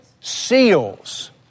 seals